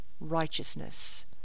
righteousness